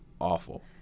awful